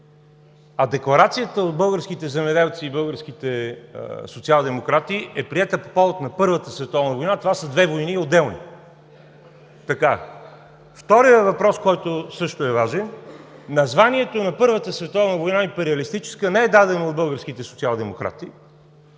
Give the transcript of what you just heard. Декларацията от българските земеделци и българските социалдемократи е приета по повод на Първата световна война – това са две отделни войни. Вторият въпрос, който също е важен – названието на Първата световна война „империалистическа“ не е дадено от българските социалдемократи.